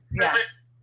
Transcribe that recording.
Yes